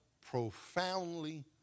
Profoundly